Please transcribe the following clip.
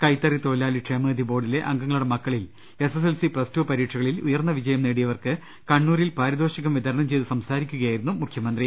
കൈത്തറി തൊഴിലാളി ക്ഷേമനിധി ബോർഡിലെ അംഗങ്ങളുടെ മക്ക ളിൽ എസ്എസ്എൽസി പ്ലസ് ടു പരീക്ഷകളിൽ ഉയർന്ന വിജയം നേടിയവർക്ക് കണ്ണൂരിൽ പാരിതോഷികം വിതരണം ചെയ്ത് സംസാ രിക്കുകയായിരുന്നു മുഖ്യമന്ത്രി